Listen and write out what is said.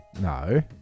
No